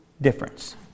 difference